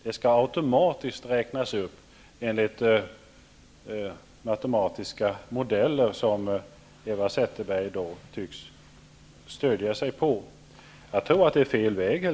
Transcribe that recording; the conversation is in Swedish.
Stödet skall automatiskt räknas upp enligt de matematiska modeller som Eva Zetterberg tycks stödja sig på. Jag tror helt enkelt att det är fel väg